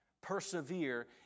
persevere